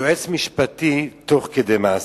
יועץ משפטי, תוך כדי מעשה.